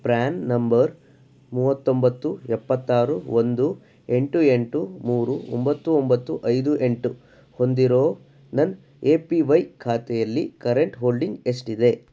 PRAN number ಮೂವತ್ತೊಂಬತ್ತು ಎಪ್ಪತ್ತಾರು ಒಂದು ಎಂಟು ಎಂಟು ಮೂರು ಒಂಬತ್ತು ಒಂಬತ್ತು ಐದು ಎಂಟು ಹೊಂದಿರೋ ನನ್ನ ಎ ಪಿ ವೈ ಖಾತೆಯಲ್ಲಿ ಕರೆಂಟ್ ಹೋಲ್ಡಿಂಗ್ ಎಷ್ಟಿದೆ